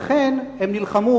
לכן הם נלחמו